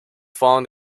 found